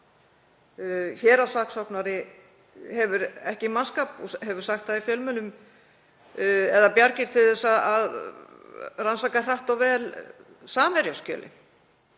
Héraðssaksóknari hefur ekki mannskap, og hefur sagt það í fjölmiðlum, eða bjargir til þess að rannsaka hratt og vel Samherjaskjölin.